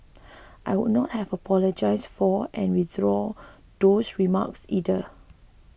I would not have apologised for and withdrawn those remarks either